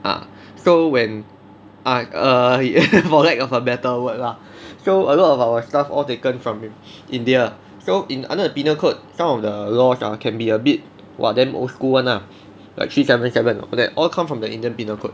ah so when I err for lack of a better word lah so a lot of our stuff all taken from india so in under the penal code some of the laws ah can be a bit !wah! damn old school [one] lah like three seven seven all that all come from the indian penal code